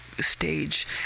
stage